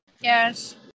Yes